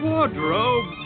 Wardrobe